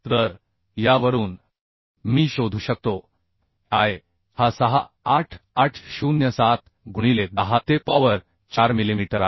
तर यावरून मी शोधू शकतो की I हा 6 8 8 0 7 गुणिले 10 ते पॉवर 4 मिलिमीटर आहे